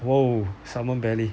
!whoa! salmon belly